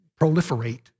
proliferate